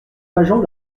pageant